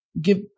give